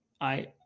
I-